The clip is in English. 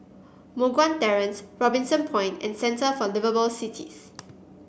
Moh Guan Terrace Robinson Point and Centre for Liveable Cities